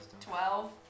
Twelve